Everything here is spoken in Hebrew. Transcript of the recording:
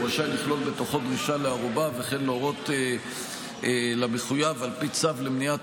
הוא רשאי לכלול בתוכו דרישה לערובה וכן להורות למחויב על פי צו למניעת